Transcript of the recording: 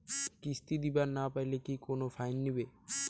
কিস্তি দিবার না পাইলে কি কোনো ফাইন নিবে?